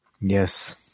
Yes